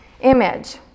image